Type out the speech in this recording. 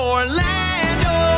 Orlando